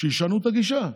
שישנו את הגישה.